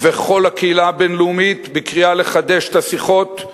וכל הקהילה הבין-לאומית בקריאה לחדש את השיחות,